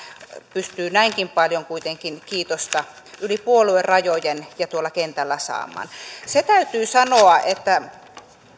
pystyy näinkin paljon kuitenkin kiitosta yli puoluerajojen ja tuolla kentällä saamaan se täytyy sanoa että